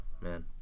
man